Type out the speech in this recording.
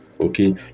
okay